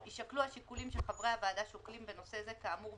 ובלבד שחברי הוועדה קיבלו את החומר בנוגע